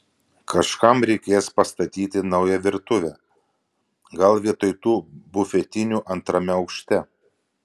kažkam reikės pastatyti naują virtuvę gal vietoj tų bufetinių antrame aukšte